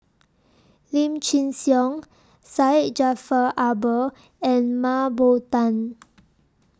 Lim Chin Siong Syed Jaafar Albar and Mah Bow Tan